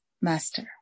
master